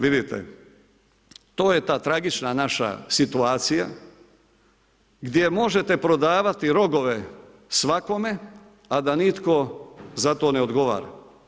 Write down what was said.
Vidite, to je ta tragična naša situacija gdje možete prodavati rogove svakome, a da nitko za to ne odgovara.